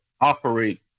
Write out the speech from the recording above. operate